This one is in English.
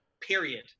period